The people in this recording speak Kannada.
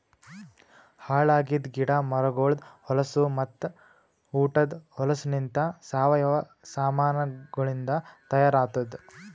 ಹಾಳ್ ಆಗಿದ್ ಗಿಡ ಮರಗೊಳ್ದು ಹೊಲಸು ಮತ್ತ ಉಟದ್ ಹೊಲಸುಲಿಂತ್ ಸಾವಯವ ಸಾಮಾನಗೊಳಿಂದ್ ತೈಯಾರ್ ಆತ್ತುದ್